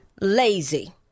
lazy